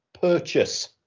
purchase